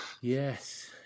yes